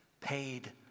paid